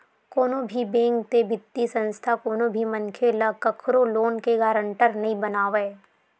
कोनो भी बेंक ते बित्तीय संस्था कोनो भी मनखे ल कखरो लोन के गारंटर नइ बनावय